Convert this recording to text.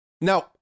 now